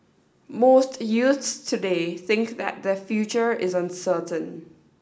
most youths today think that their future is uncertain